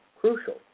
crucial